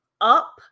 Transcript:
up